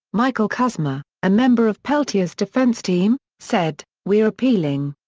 michael kuzma, a member of peltier's defense team, said, we're appealing.